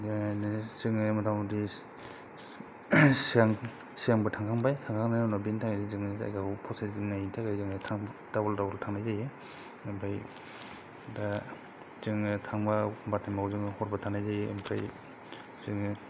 जोङो मथा मथि जों सिगांबो थांखांबाय थांखांनायनि उनाव बेनि थाखायनो जों जायगाखौ फसायबोनायनि थाखायनो डाबोल डाबोल थांनाय जायो ओमफ्राय दा जोङो थांब्ला एखमब्ला समाव हरबो थानाय जायो ओमफ्राय